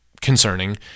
concerning